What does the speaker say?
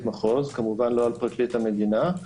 מחוז - כמובן לא על פרקליט המדינה.